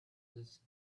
these